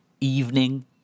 evening